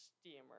steamer